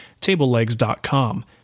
TableLegs.com